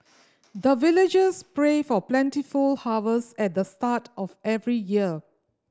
the villagers pray for plentiful harvest at the start of every year